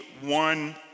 one